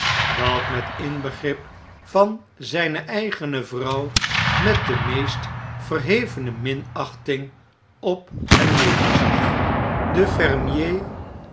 dat met inbegrip van zijne eigene vrouw met de meest verhevene minachting op hem nederzag de